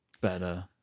better